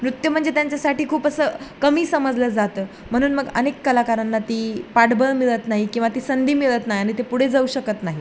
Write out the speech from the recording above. नृत्य म्हणजे त्यांच्यासाठी खूप असं कमी समजलं जातं म्हणून मग अनेक कलाकारांना ती पाठबळ मिळत नाही किंवा ती संधी मिळत नाही आणि ते पुढे जाऊ शकत नाही